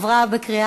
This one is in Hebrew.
נתקבל.